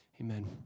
Amen